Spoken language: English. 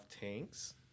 tanks